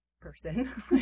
person